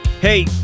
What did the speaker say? Hey